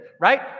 right